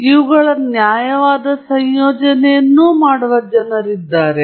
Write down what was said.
ಇವುಗಳ ನ್ಯಾಯವಾದ ಸಂಯೋಜನೆ ಮಾಡುವ ಜನರಿದ್ದಾರೆ